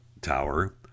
Tower